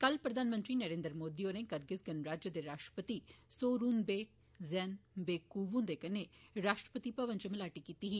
कल प्रधानमंत्री नरेन्द्र मोदी होरें करगिस गणराज दे राष्ट्रपति सोरूनवे जैनवेकूव हुन्दे कन्नै राष्ट्रपति भवन इव मलाटी कीती ही